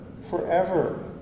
Forever